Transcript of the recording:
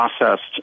processed